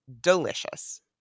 delicious